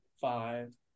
Five